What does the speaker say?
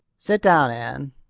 sit down, anne,